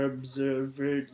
Observer